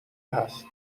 هست